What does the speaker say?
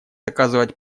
оказывать